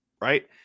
Right